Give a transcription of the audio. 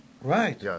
Right